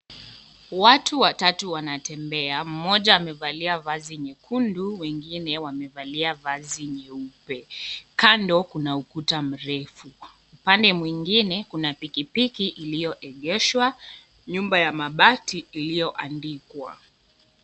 Watu watatu wanatembea mmoja amevalia vazi nyekundu na wengine wamevalia vazi nyeupe kando kuna ukuta mrefu upande mwingine kuna pikipiki iliyoegeshwa nyumba ya mabati iliyoandikwa.